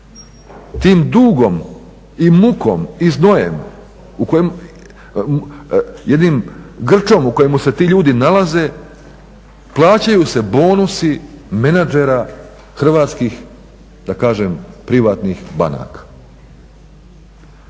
tim dugom, i mukom, i znojem, jednim grčom u kojemu se ti ljudi nalaze, plaćaju se bonusi menadžera hrvatskih da kažem privatnih banaka.